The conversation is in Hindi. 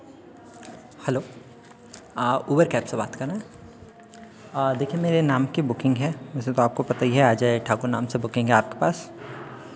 हैलो उबर कैब से बात कर रहे हैं देखिए मेरे नाम की बुकिंग है जैसे आपको पता ही है अजय ठाकुर नाम से बुकिंग है आपके पास